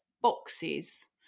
boxes